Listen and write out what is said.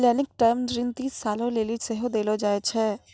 लेनिक टर्म ऋण तीस सालो लेली सेहो देलो जाय छै